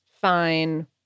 fine